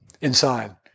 inside